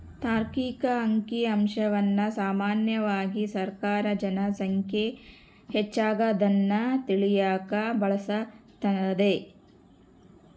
ತಾರ್ಕಿಕ ಅಂಕಿಅಂಶವನ್ನ ಸಾಮಾನ್ಯವಾಗಿ ಸರ್ಕಾರ ಜನ ಸಂಖ್ಯೆ ಹೆಚ್ಚಾಗದ್ನ ತಿಳಿಯಕ ಬಳಸ್ತದೆ